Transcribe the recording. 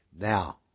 Now